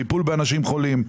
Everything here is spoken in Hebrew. טיפול באנשים חולים.